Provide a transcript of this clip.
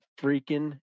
freaking